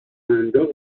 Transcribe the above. سنجاق